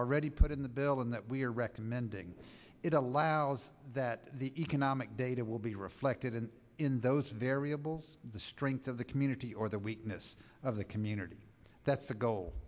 already put in the bill and that we are recommending it allows that the economic data will be reflected in in those variables the strength of the community or the weakness of the community that's the goal